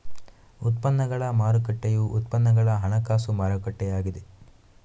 ಉತ್ಪನ್ನಗಳ ಮಾರುಕಟ್ಟೆಯು ಉತ್ಪನ್ನಗಳ ಹಣಕಾಸು ಮಾರುಕಟ್ಟೆಯಾಗಿದೆ